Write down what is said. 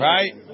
Right